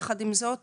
יחד עם זאת,